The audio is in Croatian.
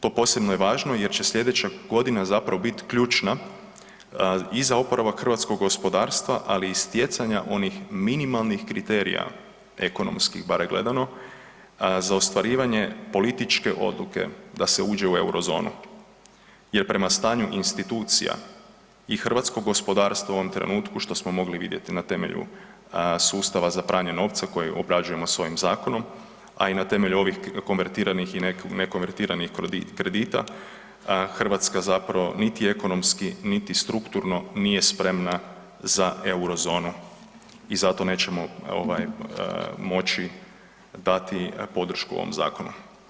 To posebno je važno jer će sljedeća godina zapravo biti ključna i za oporavak hrvatskog gospodarstva, ali i stjecanja onih minimalnih kriterija ekonomski bar gledamo, za ostvarivanje političke odluke da se uđe u Eurozonu jer prema stanju institucija i hrvatsko gospodarstvo u ovom trenutku što smo mogli vidjeti na temelju sustava za pranje novca koje obrađujemo s ovim zakonom, a i na temelju ovih konvertiranih i ne konvertiranih kredita Hrvatska niti ekonomski, niti strukturno nije spremna za Eurozonu i zato nećemo moći dati podršku ovom zakonu.